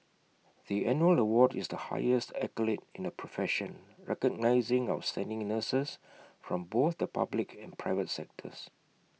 the annual award is the highest accolade in the profession recognising outstanding nurses from both the public and private sectors